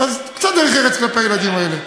אז קצת דרך ארץ כלפי הילדים האלה,